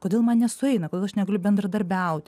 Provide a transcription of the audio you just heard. kodėl man nesueina kodėl aš negaliu bendradarbiaut